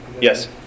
Yes